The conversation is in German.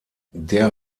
der